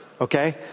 Okay